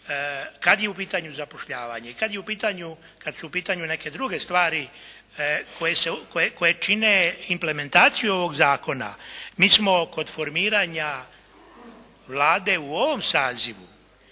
Kada je u pitanju zapošljavanje i kad su u pitanju neke druge stvari koje čine implementaciju ovog zakona mi smo kod formiranja Vlade u ovom sazivu,